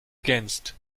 against